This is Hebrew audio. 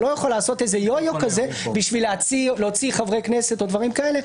הוא לא יכול לעשות יו-יו בשביל להוציא חברי כנסת או דברים כאלה.